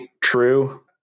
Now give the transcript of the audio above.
true